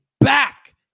back